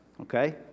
Okay